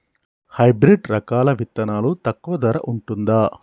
Hybrid రకాల విత్తనాలు తక్కువ ధర ఉంటుందా?